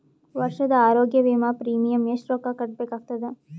ವರ್ಷದ ಆರೋಗ್ಯ ವಿಮಾ ಪ್ರೀಮಿಯಂ ಎಷ್ಟ ರೊಕ್ಕ ಕಟ್ಟಬೇಕಾಗತದ?